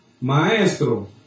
Maestro